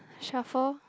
shuffle